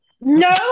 No